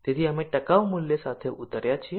તેથી અમે ટકાઉ મૂલ્ય સાથે ઉતર્યા છીએ